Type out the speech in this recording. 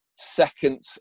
Second